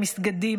מסגדים,